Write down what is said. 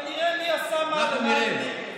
אנחנו נראה.